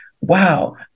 wow